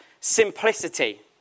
simplicity